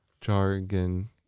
Jargon